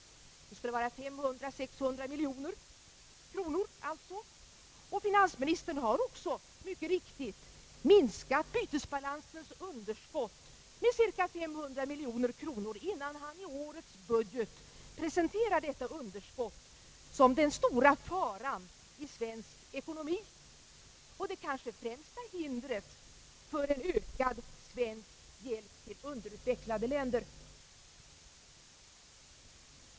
Det skul le vara 500—600 miljoner kronor, och finansministern har också mycket riktigt minskat bytesbalansunderskottet med cirka 500 miljoner kronor, innan han i årets budget presenterade detta underskott som den stora faran i svensk ekonomi och det kanske främsta hindret för en ökad svensk hjälp till underutvecklade länder.